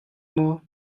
maw